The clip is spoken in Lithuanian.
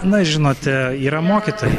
na žinote yra mokytojai